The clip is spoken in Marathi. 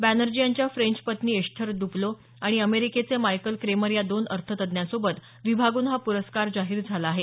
बॅनर्जी यांच्या फ्रेंच पत्नी एश्थर डुप्लो आणि अमेरिकेचे मायकल क्रेमर दोन अर्थतज्ज्ञांसोबत विभागून हा पुरस्कार जाहीर झाला आहे